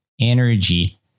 energy